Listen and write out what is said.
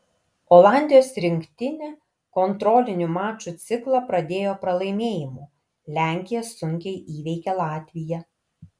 olandijos rinktinė kontrolinių mačų ciklą pradėjo pralaimėjimu lenkija sunkiai įveikė latviją